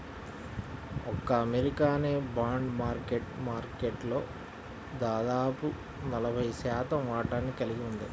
ఒక్క అమెరికానే bond market మార్కెట్లో దాదాపు నలభై శాతం వాటాని కలిగి ఉంది